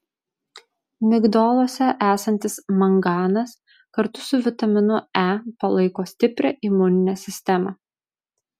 migdoluose esantis manganas kartu su vitaminu e palaiko stiprią imuninę sistemą